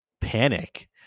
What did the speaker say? panic